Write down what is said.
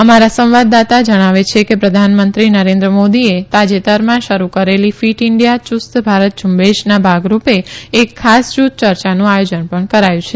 અમારા સંવાદદાતા જણાવે છે કે પ્રધાનમંત્રી નરેન્દ્ર મોદીએ તાજેતરમાં શરૂ કરેલી ફીટ ઈન્ડિયા યુસ્ત ભારત ઝુંબેશના ભાગરૂપે એક ખાસ જુથ ચર્ચાનું આથોજન પણ કરાયું છે